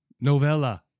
Novella